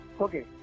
Okay